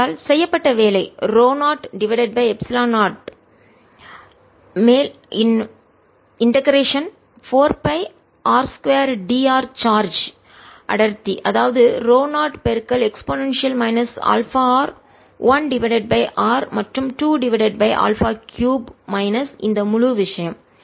ஆகையால் செய்யப்பட்ட வேலை ρ0 டிவைடட் பை எப்சிலனுக்கு மேல் 0 இண்டெகரேஷன் ஒருங்கிணைத்தல் 4 பை ஆர்2dr சார்ஜ் அடர்த்தி அதாவது ρ0 e α r 1 divided by r மற்றும் 2 divided by alpha cube minus இந்த முழு விஷயம்